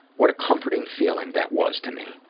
what a comforting feeling that was to me.